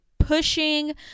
pushing